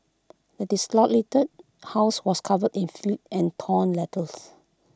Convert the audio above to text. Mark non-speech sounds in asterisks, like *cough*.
the *unintelligible* house was covered in filth and torn letters